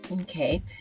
Okay